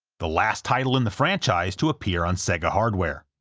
the last title in the franchise to appear on sega hardware.